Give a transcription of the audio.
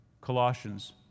Colossians